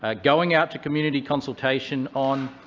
ah going out to community consultation on,